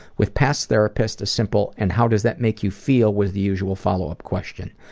with past therapists a simple and how does that make you feel? was the usual follow-up question.